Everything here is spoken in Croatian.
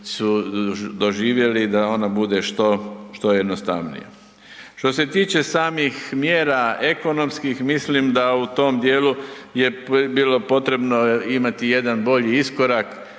su doživjeli da ona bude što, što jednostavnija. Što se tiče samih mjera ekonomskih mislim da u tom dijelu je bilo potrebno imati jedan bolji iskorak